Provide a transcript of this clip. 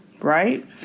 right